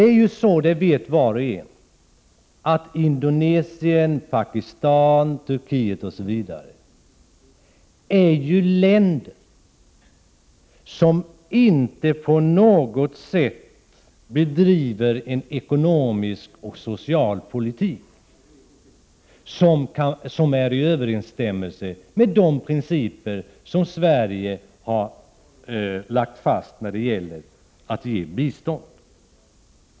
Var och en vet att t.ex. Indonesien, Pakistan och Turkiet är länder som inte bedriver någon som helst ekonomisk eller social politik som står i överensstämmelse med de principer som Sverige har lagt fast när det gäller att ge bistånd.